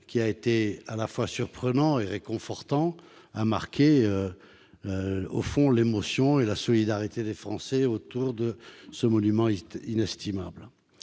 dons a été à la fois surprenant et réconfortant et a révélé l'émotion et la solidarité des Français autour de ce monument inestimable.